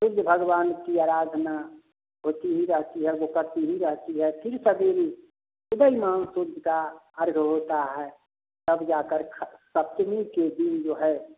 फिर भगवान की आराधना होती ही रहती है वह करती ही रहती हैं फिर सवेरे सुबह नाग सूज्ज का अर्ग होता है तब जा कर खा पत्नी के दिन जो है